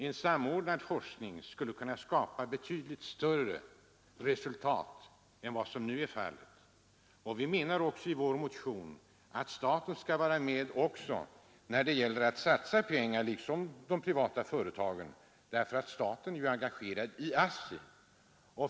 En samordnad forskning skulle kunna skapa betydligt större resultat än vad som nu är fallet, och vi hävdar också i vår motion att staten skall vara med när det gäller att satsa pengar liksom de privata företagen, därför att staten ju är engagerad i ASSI.